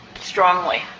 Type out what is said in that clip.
strongly